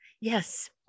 Yes